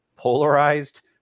polarized